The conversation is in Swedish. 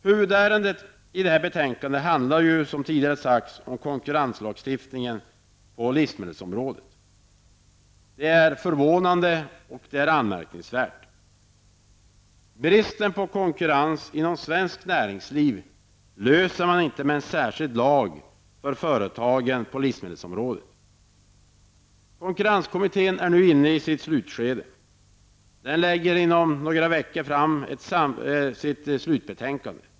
Huvudärendet i detta betänkande handlar, som tidigare sagts, om konkurrenslagstiftning på livsmedelsområdet. Det är ett förvånande och anmärkningsvärt förslag. Bristen på konkurrens inom svenskt näringsliv löser man inte med en särskild lag för företagen på livsmedelsområdet. Konkurrenskommittén är inne i sitt slutskede. Inom några veckor lägger den fram sitt slutbetänkande.